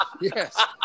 yes